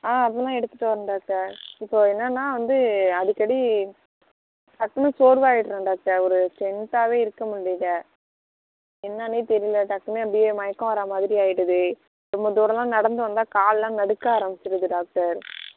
ஆ அதெல்லாம் எடுத்துகிட்டு வரேன் டாக்டர் இப்போது என்னென்னா வந்து அடிக்கடி டக்குன்னு சோர்வாகிடுறேன் டாக்டர் ஒரு ஸ்ட்ரென்த்தாகவே இருக்க முடியல என்னென்னே தெரியல டக்குன்னு அப்படியே மயக்கம் வர மாதிரி ஆகிடுது ரொம்ப தூரமெல்லாம் நடந்து வந்தால் காலெலாம் நடுக்க ஆரமிச்சுடுது டாக்டர்